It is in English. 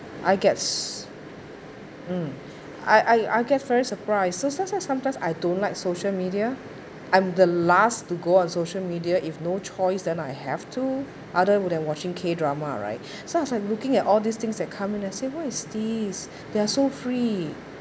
I guess hmm I I I'll get very first surprised so say sometimes I don't like social media I'm the last to go on social media if no choice then I have to other would than watching K drama right so I was like looking at all these things that coming then I say what is this they are so free